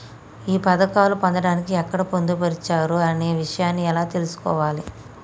ఈ పథకాలు పొందడానికి ఎక్కడ పొందుపరిచారు అనే విషయాన్ని ఎలా తెలుసుకోవాలి?